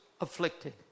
afflicted